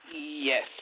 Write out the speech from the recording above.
Yes